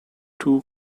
two